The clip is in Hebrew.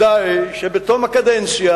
עובדה היא שבתום הקדנציה,